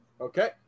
Okay